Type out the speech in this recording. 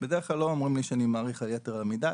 בדרך כלל לא אומרים לי שאני מאריך על יתר המידה.